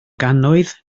gannoedd